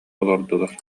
олордулар